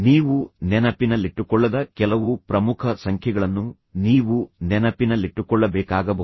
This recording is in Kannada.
ನೀವು ನೆನಪಿನಲ್ಲಿಟ್ಟುಕೊಳ್ಳದ ಕೆಲವು ಪ್ರಮುಖ ಸಂಖ್ಯೆಗಳನ್ನು ನೀವು ನೆನಪಿನಲ್ಲಿಟ್ಟುಕೊಳ್ಳ ಬೇಕಾಗಬಹುದು